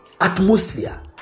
atmosphere